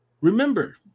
Remember